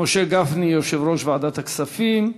משה גפני, יושב-ראש ועדת הכספים,